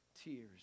tears